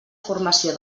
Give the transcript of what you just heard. formació